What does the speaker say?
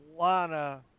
Lana